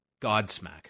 Godsmack